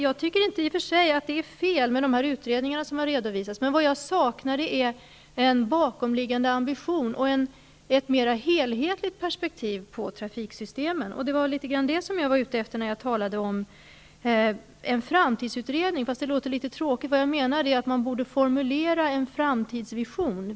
Jag tycker i och för sig inte att det är något fel med de utredningar som har redovisats. Vad jag saknar är en bakomliggande ambition och ett helhetsperspektiv på trafiksystemen. Det var vad jag var ute efter när jag talade om en framtidsutredning, fast det låter litet tråkigt. Vad jag menar är att man borde formulera en framtidsvision.